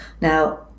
Now